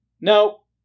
No